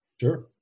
Sure